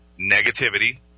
negativity